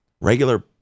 regular